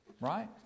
Right